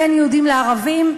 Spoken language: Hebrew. בין יהודים לערבים,